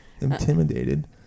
Intimidated